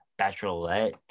Bachelorette